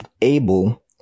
able